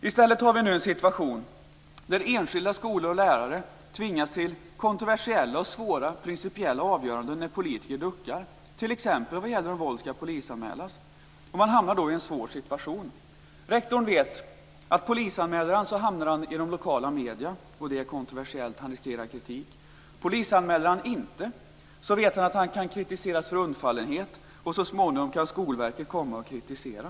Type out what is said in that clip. I stället har vi en situation där enskilda skolor och lärare tvingas till kontroversiella och svåra, principiella avgöranden när politiker duckar, t.ex. vad gäller om våld skall polisanmälas. Man hamnar då i en svår situation. Rektorn vet att om han polisanmäler hamnar han i de lokala medierna. Det är kontroversiellt. Han riskerar kritik. Polisanmäler han inte, vet han att han kan kritiseras för undfallenhet och så småningom kan Skolverket komma och kritisera.